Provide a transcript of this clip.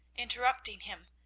interrupting him,